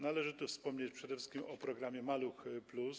Należy tu wspomnieć przede wszystkim o programie „Maluch+”